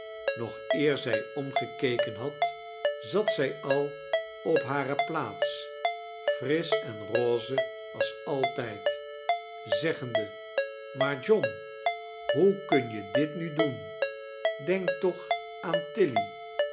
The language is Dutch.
nog eer zij omgekeken had zat zij al op hare plaats frisch en rose als altijd zeggende maar john hoe kun je dit nu doen denk toch aan